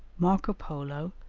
marco polo,